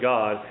God